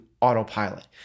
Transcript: autopilot